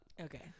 Okay